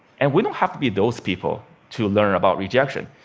and we don't have to be those people to learn about rejection,